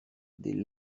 des